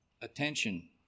attention